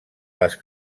les